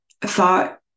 thought